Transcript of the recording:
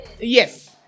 yes